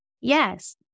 Yes